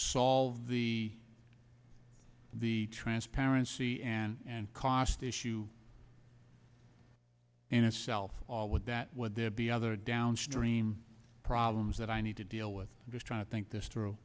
solve the the transparency and cost issue in itself all would that would there be other downstream problems that i need to deal with just trying to think this through